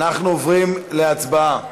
אנחנו עוברים להצבעה.